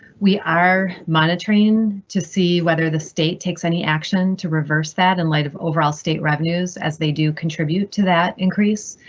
we are monitoring to see whether the state takes any action to reverse that in light of overall state revenues as they do contribute to that increase.